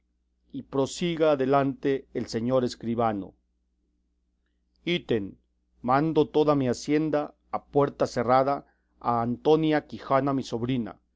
y prosiga adelante el señor escribano ítem mando toda mi hacienda a puerta cerrada a antonia quijana mi sobrina